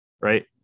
right